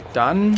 dann